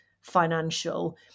financial